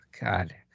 God